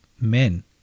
men